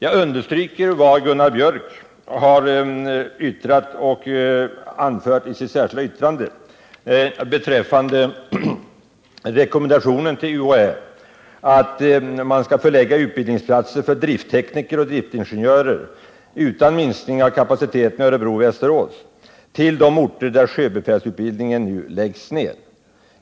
Jag understryker vad Gunnar Biörck i Värmdö har anfört i sitt särskilda yttrande beträffande rekommendationen till UHÄ att förlägga utbildningsplatser för drifttekniker och driftingenjörer, utan minskning av kapaciteten i Örebro och Västerås, till de orter där sjöbefälsutbildningen nu läggs ner.